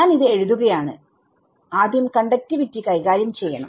ഞാൻ ഇത് എഴുതുകയാണ് ആദ്യം കണ്ടക്റ്റിവിറ്റി കൈകാര്യം ചെയ്യണം